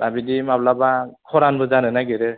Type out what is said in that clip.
दा बिदि माब्लाबा खरानबो जानो नागिरो